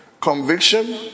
conviction